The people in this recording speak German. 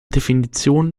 definition